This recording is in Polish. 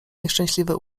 nieszczęśliwy